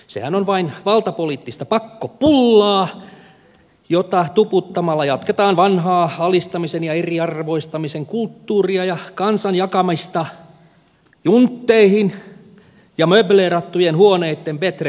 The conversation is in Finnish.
sehän on vain valtapoliittista pakkopullaa jota tuputtamalla jatketaan vanhaa alistamisen ja eriarvoistamisen kulttuuria ja kansan jakamista juntteihin ja möbleerattujen huoneitten bättre folkiin